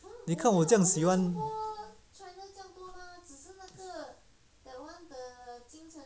你看我这样喜欢